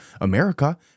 America